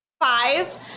five